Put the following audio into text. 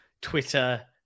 Twitter